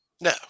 No